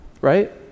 right